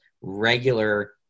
regular